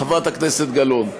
חברת הכנסת גלאון.